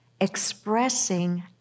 expressing